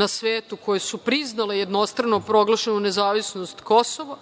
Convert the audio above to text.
na svetu koje su priznale jednostrano proglašenu nezavisnost Kosova